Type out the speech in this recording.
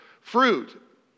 fruit